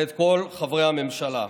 ואת כל חברי הממשלה.